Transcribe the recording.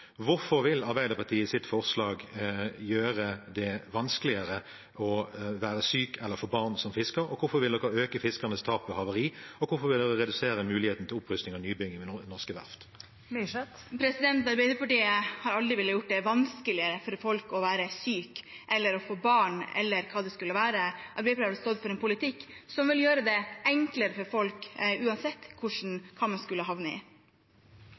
Hvorfor vil Arbeiderpartiet i sitt forslag gjøre det vanskeligere som fisker å være syk eller få barn, hvorfor vil Arbeiderpartiet øke fiskernes tap ved havari, og hvorfor vil de redusere muligheten til opprusting og nybygging ved norske verft? Arbeiderpartiet har aldri villet gjøre det vanskeligere for folk å være syke, få barn eller hva det skulle være. Arbeiderpartiet har stått for en politikk som vil gjøre det enklere for folk, uansett hva man skulle havne i.